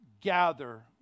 gather